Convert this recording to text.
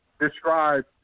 describe